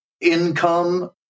income